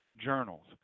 journals